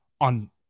on